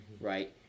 Right